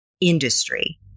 industry